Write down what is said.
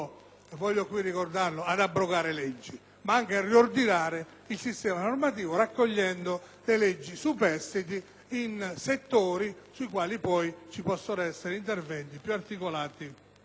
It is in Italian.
voglio qui ricordarlo - ad abrogare leggi, ma anche a riordinare il sistema normativo raccogliendo le leggi superstiti in settori sui quali poi possono essere operati interventi più articolati